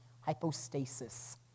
hypostasis